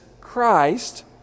Christ